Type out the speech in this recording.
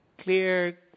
clear